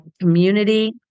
community